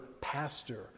pastor